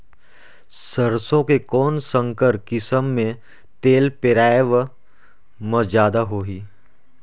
सरसो के कौन संकर किसम मे तेल पेरावाय म जादा होही?